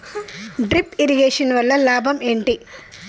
Drip irrigation వల్ల లాభం ఏంటి?